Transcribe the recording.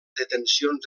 detencions